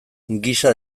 gisa